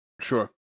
Sure